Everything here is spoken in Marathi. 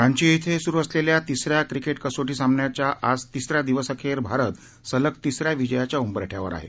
रांची इथं सुरु असलेल्या तिसऱ्या क्रिकेट कसोटी सामन्याच्या आज तिसऱ्या दिवस अखेर भारत सलग तिसऱ्या विजयाच्या उंबरठ्यावर आहे